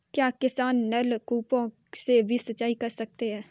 क्या किसान नल कूपों से भी सिंचाई कर सकते हैं?